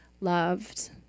loved